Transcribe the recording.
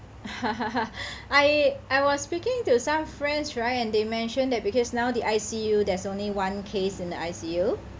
I I was speaking to some friends right and they mentioned that because now the I_C_U there's only one case in the I_C_U